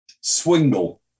Swingle